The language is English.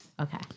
Okay